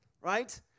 right